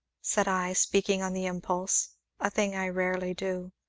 said i, speaking on the impulse a thing i rarely do.